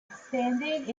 expanded